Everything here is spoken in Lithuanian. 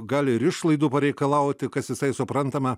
gali ir išlaidų pareikalauti kas visai suprantama